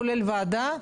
כולל ועדה.